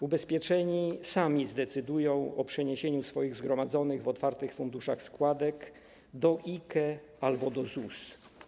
Ubezpieczeni sami zdecydują o przeniesieniu swoich zgromadzonych w otwartych funduszach środków ze składek do IKE albo do ZUS.